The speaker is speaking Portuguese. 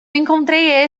encontrei